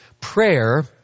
Prayer